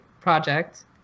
Project